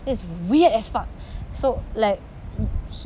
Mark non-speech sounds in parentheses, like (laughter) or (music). that's weird as fuck so like (noise) he